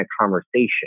conversation